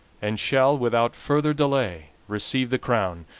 and shall, without further delay, receive the crown,